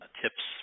tips